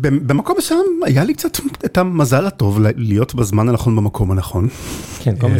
במקום מסוים היה לי קצת את המזל הטוב להיות בזמן הנכון במקום הנכון. כל פעם